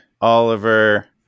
Oliver